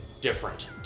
different